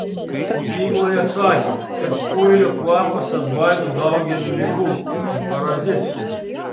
mokykloje sakė kad kuilio kvapas atbaido daugelį ligų ir parazitų